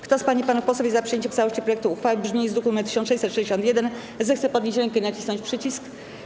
Kto z pań i panów posłów jest przyjęciem w całości projektu uchwały w brzmieniu z druku nr 1661, zechce podnieść rękę i nacisnąć przycisk.